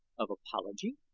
of apology?